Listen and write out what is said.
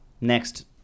next